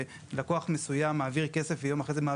בהם לקוח מסוים מעביר כסף ביום שאחרי כן,